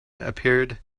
appeared